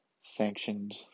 sanctioned